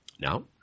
Now